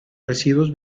residuos